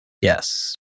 Yes